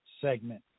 segment